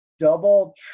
Double